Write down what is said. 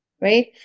Right